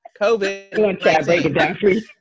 COVID